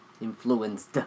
influenced